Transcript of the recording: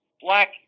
black